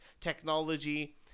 technology